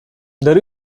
there